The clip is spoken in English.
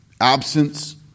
absence